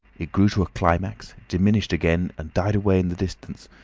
it grew to a climax, diminished again, and died away in the distance,